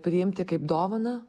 priimti kaip dovaną